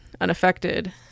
unaffected